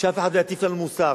שאף אחד לא יטיף לנו מוסר.